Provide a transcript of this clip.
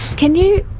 can you?